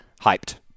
hyped